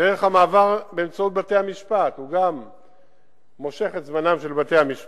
דרך המעבר באמצעות בתי-המשפט הוא גם מושך את זמנם של בתי-המשפט,